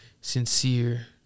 sincere